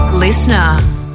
Listener